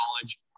college